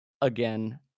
Again